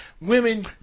women